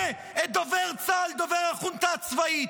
את דובר צה"ל "דובר החונטה הצבאית"?